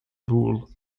bull